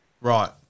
Right